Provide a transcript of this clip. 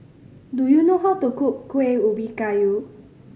do you know how to cook Kueh Ubi Kayu